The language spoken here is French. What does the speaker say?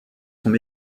sont